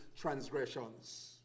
transgressions